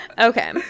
okay